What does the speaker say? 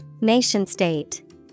Nation-state